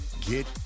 get